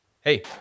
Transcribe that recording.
hey